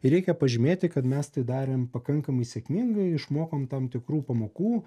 ir reikia pažymėti kad mes tai darėm pakankamai sėkmingai išmokom tam tikrų pamokų